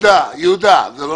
יהודה, זה לא